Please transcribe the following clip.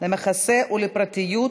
למחסה ולפרטיות,